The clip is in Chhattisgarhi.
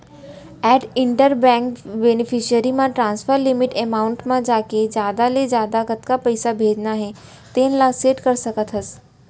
एड इंटर बेंक बेनिफिसियरी म ट्रांसफर लिमिट एमाउंट म जाके जादा ले जादा कतका पइसा भेजना हे तेन ल सेट कर सकत हस